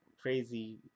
crazy